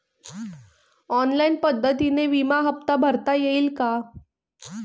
Online पद्धतीने विमा हफ्ता भरता येईल का?